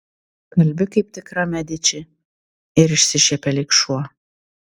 kalbi kaip tikra mediči ir išsišiepė lyg šuo